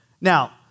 Now